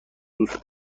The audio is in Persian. دوست